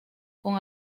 con